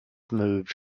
moved